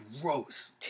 gross